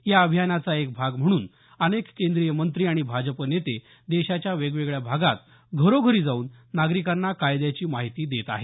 या अभियानाचा एक भाग म्हणून अनेक केंद्रीय मंत्री आणि भाजप नेते देशाच्या वेगवेगळ्या भागात घरोघरी जाऊन नागरिकांना कायद्याची माहिती देत आहेत